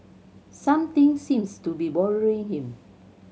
something seems to be bothering him